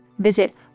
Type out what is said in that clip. Visit